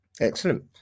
Excellent